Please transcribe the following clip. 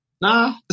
Nah